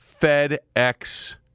FedEx